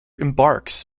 embarks